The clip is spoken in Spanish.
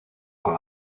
con